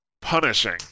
punishing